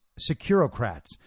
securocrats